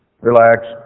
Relax